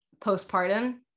postpartum